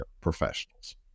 professionals